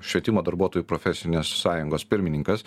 švietimo darbuotojų profesinės sąjungos pirmininkas